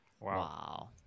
Wow